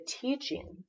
teaching